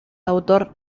autor